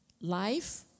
Life